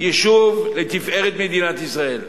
יישוב לתפארת מדינת ישראל,